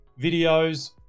videos